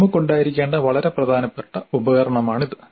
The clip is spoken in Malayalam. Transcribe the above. നമുക്ക് ഉണ്ടായിരിക്കേണ്ട വളരെ പ്രധാനപ്പെട്ട ഉപകരണമാണിത്